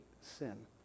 sin